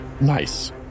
nice